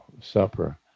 supper